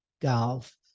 golf